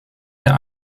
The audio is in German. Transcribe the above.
der